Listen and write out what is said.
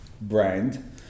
Brand